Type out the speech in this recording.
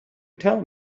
tell